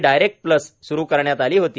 direct plus सुरू करण्यात आली होती